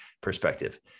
perspective